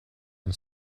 and